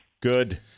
Good